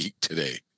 today